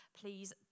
Please